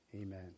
Amen